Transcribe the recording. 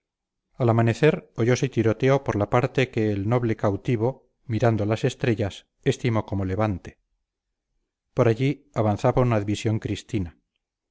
al amanecer oyose tiroteo por la parte que el noble cautivo mirando las estrellas estimó como levante por allí avanzaba una división cristina